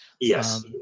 Yes